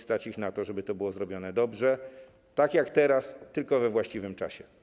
Stać ich na to, żeby to było zrobione dobrze, tak jak teraz, tylko we właściwym czasie.